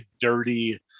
dirty